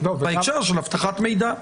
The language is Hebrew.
בהקשר של אבטחת מידע.